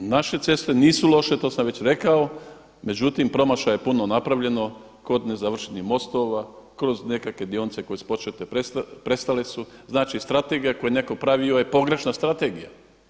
Naše ceste nisu loše, to sam već rekao, međutim promašaja je puno napravljeno kod nezavršenih mostova, kroz nekakve dionice koje su počete prestale su, znači strategija koju je neko pravio je pogrešna strategija.